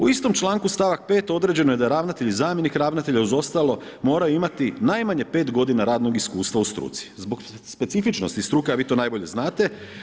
U istom članku stavak 5. određeno je da ravnatelj, zamjenik ravnatelja uz ostalo moraju imati najmanje pet godina radnog iskustva u struci, zbog specifičnosti struke, a vi to najbolje znate.